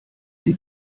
sie